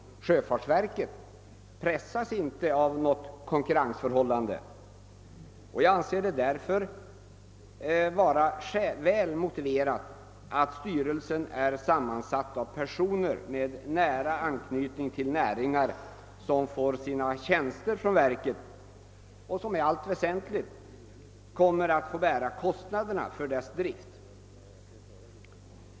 Sjöfartsverket pressas inte av något konkurrensförhållande, och jag anser det därför vara väl motiverat att styrelsen sammansätts av personer med nära anknytning till näringar som får sina tjänster från verket och som i allt väsentligt kommer att få bära kostnaderna för dess drift.